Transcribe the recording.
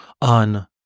on